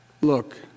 Look